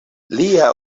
lia